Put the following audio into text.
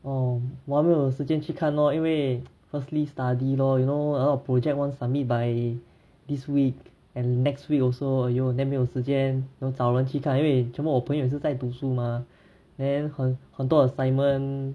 orh 我还没有时间去看 lor 因为 firstly study lor you know a lot project want submit by this week and next week also !aiyo! then 没有时间我找人去看因为全部我朋友是在读书嘛 then 很很多 assignment